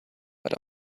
but